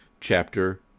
Chapter